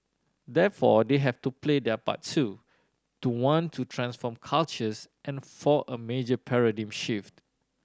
therefore they have to play their part too to want to transform cultures and for a major paradigm shift